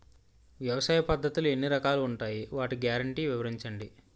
వ్యవసాయ పద్ధతులు ఎన్ని రకాలు ఉంటాయి? వాటి గ్యారంటీ వివరించండి?